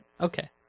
Okay